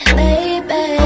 baby